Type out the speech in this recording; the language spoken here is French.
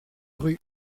rue